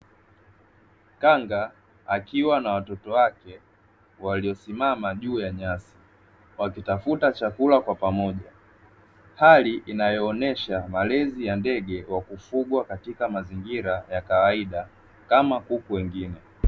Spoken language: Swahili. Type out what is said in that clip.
Kanga akiwa na watoto wake waliosimama juu ya nya inayoonesha malezi ya ndege kwa kufugwa katika mazingira ya kawaida, kama huko wengine si wakitafuta chakula kwa pamoja kama kuku wengine.